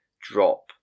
drop